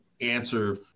answer